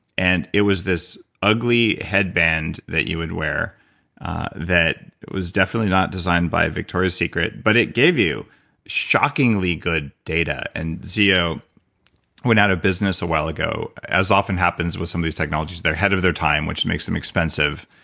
and it was this ugly headband that you would wear that was definitely not designed by victoria secret, but it gave you shockingly good data, and zo went out of business a while ago, as often happens with some of these technologies. they're ahead of their time, which makes them expensive,